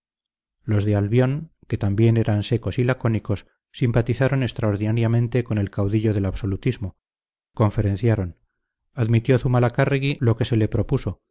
los de albión que también eran secos y lacónicos simpatizaron extraordinariamente con el caudillo del absolutismo conferenciaron admitió zumalacárregui lo que se le propuso